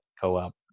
co-op